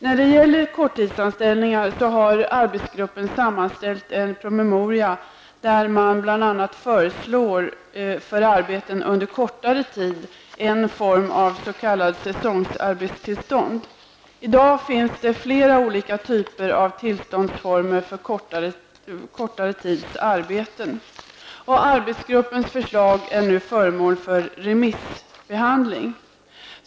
När det gäller korttidsanställningar har arbetsgruppen sammanställt en promemoria där man för arbeten under kortare tid bl.a. föreslår en form av s.k. säsongsarbetstillstånd. I dag finns det flera olika typer av tillståndsformer för arbete under kortare tid. Arbetsgruppens förslag är nu föremål för remissbehandling.